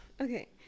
okay